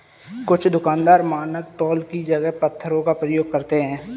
कुछ दुकानदार मानक तौल की जगह पत्थरों का प्रयोग करते हैं